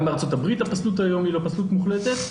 גם בארצות הברית הפסלות היום היא לא פסלות מוחלטת.